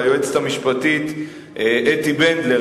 והיועצת המשפטית אתי בנדלר,